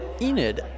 Enid